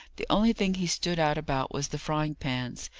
the only thing he stood out about was the frying-pans.